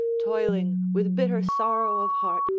toiling with bitter sorrow of heart,